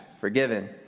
forgiven